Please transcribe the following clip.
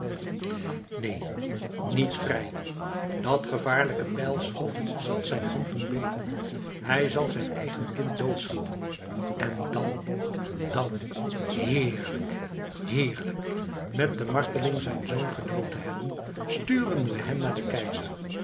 neen niet vrij dat gevaarlijke pijlschot zal zijne hand doen beven hij zal zijn eigen kind doodschieten en dan dan heerlijk heerlijk met de marteling zijn zoon gedood te hebben sturen we hem naar den keizer